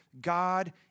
God